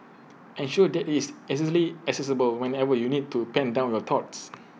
ensure that IT is accessible whenever you need to pen down your thoughts